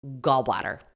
gallbladder